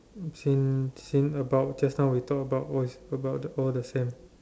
as in as in about just now we talk about was about all the same